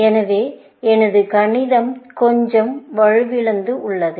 எனவே எனது கணிதம் கொஞ்சம் வலுவிழந்து உள்ளது